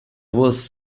was